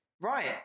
right